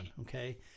okay